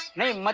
name. but